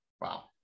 Wow